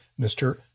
Mr